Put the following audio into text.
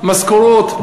משכורות,